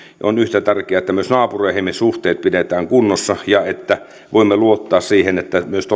on se että myös naapureihin ne suhteet pidetään kunnossa ja että voimme luottaa siihen että myös